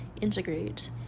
integrate